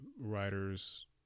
writers